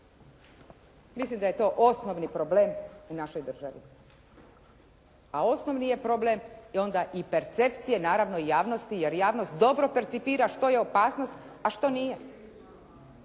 Mislim da je to osnovni problem u našoj državi. A osnovni problem je onda i percepcija naravno i javnosti, jer javnost dobro percipira što je opasnost a što nije.